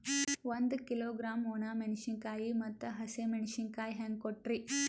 ಒಂದ ಕಿಲೋಗ್ರಾಂ, ಒಣ ಮೇಣಶೀಕಾಯಿ ಮತ್ತ ಹಸಿ ಮೇಣಶೀಕಾಯಿ ಹೆಂಗ ಕೊಟ್ರಿ?